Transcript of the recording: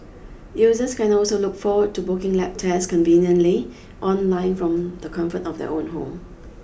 users can also look forward to booking lab tests conveniently online from the comfort of their own home